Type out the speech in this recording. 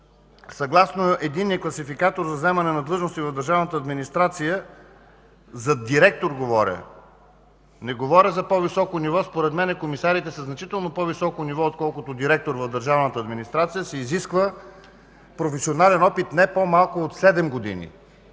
съгласно Единния класификатор за заемане на длъжност от държавната администрация – говоря за директор, а не за по-високо ниво, защото според мен комисарите са значително по-високо ниво, отколкото директор в държавната администрация – се изисква професионален опит не по-малко от седем години.